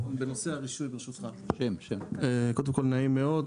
קודם כל נעים מאוד,